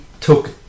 took